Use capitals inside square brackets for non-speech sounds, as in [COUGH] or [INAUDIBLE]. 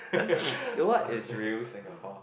[NOISE] what is real Singapore